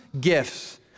gifts